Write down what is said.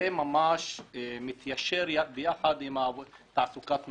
זה ממש מתיישר יחד עם תעסוקת נשים.